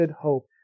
hope